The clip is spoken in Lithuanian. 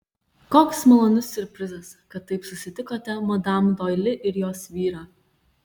koks malonus siurprizas kad taip susitikote madam doili ir jos vyrą